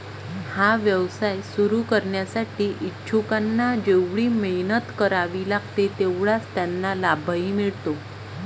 हा व्यवसाय सुरू करण्यासाठी इच्छुकांना जेवढी मेहनत करावी लागते तेवढाच त्यांना लाभही मिळतो